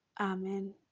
Amen